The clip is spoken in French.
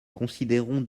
considérons